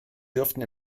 dürften